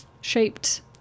shaped